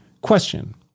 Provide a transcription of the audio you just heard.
Question